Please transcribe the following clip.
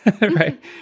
right